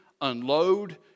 unload